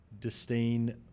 disdain